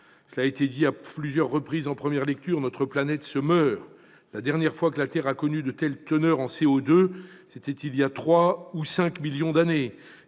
Cela a été dit à plusieurs reprises en première lecture : notre planète se meurt ... La dernière fois que la Terre a connu de telles teneurs en CO2, c'était il y a 3 ou 5 millions d'années.